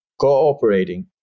Cooperating